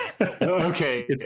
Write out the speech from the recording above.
Okay